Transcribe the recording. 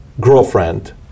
girlfriend